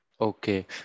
Okay